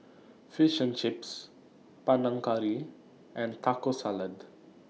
Fish and Chips Panang Curry and Taco Salad